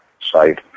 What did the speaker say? site